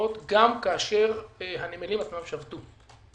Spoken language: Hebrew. האחרונות גם כשהנמלים שבתו.